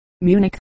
Munich